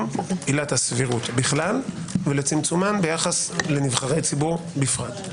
עילת הסבירות בכלל ולצמצומן ביחס לנבחרי ציבור בפרט.